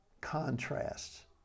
contrasts